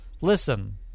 listen